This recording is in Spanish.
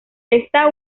esta